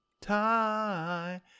time